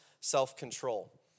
self-control